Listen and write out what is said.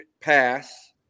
pass